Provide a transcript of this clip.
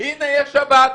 הנה, יש שב"כ.